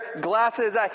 glasses